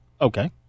Okay